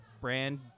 brand